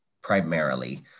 primarily